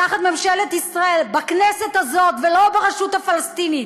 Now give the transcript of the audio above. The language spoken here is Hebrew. תחת ממשלת ישראל, בכנסת הזאת ולא ברשות הפלסטינית.